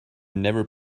never